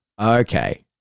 okay